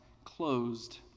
closed